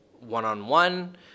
one-on-one